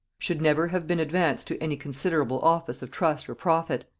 should never have been advanced to any considerable office of trust or profit.